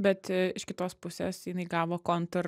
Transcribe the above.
bet iš kitos pusės jinai gavo kontr